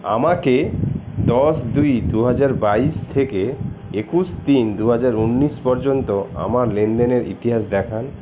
আমাকে দশ দুই দুহাজার বাইশ থেকে একুশ তিন দুহাজার উনিশ পর্যন্ত আমার লেনদেনের ইতিহাস দেখান